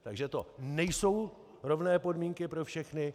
Takže to nejsou rovné podmínky pro všechny.